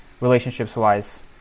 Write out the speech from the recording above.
relationships-wise